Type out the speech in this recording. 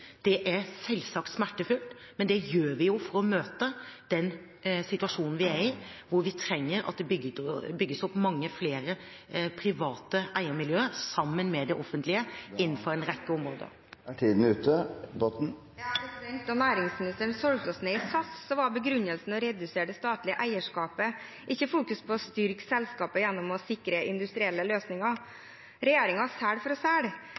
Det er selvsagt smertefullt, men det gjør vi for å møte den situasjonen vi er i, hvor vi trenger at det bygges opp mange flere private eiermiljøer sammen med det offentlige, innenfor en rekke områder. Da næringsministeren solgte oss ned i SAS, var begrunnelsen å redusere det statlige eierskapet, ikke fokus på å styrke selskapet gjennom å sikre industrielle